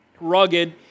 rugged